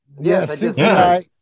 Yes